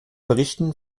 berichten